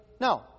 No